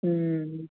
उूं